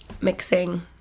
mixing